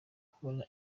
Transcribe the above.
kubona